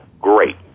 great